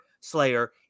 slayer